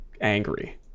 angry